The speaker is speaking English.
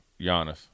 Giannis